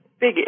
big